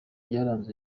byaranze